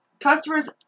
Customers